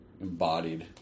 embodied